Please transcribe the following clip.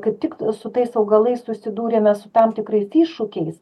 kaip tik su tais augalais susidūrėme su tam tikrais iššūkiais